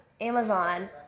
Amazon